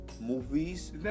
movies